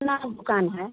अपना दुकान है